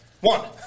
one